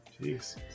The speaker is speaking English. Jeez